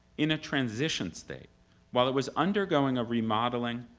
in a transition state while it was undergoing a remodeling,